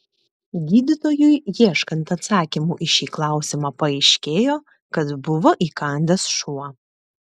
gydytojui ieškant atsakymų į šį klausimą paaiškėjo kad buvo įkandęs šuo